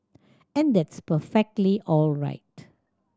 and that's perfectly all right